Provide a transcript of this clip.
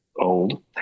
old